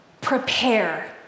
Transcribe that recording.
prepare